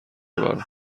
برام